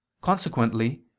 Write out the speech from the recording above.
consequently